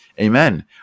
Amen